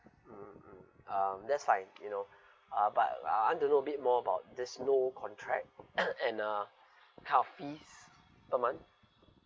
mm mm um that's fine you know uh but uh I want to know a bit more about this no contract and uh type of fees per month